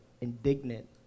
indignant